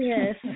Yes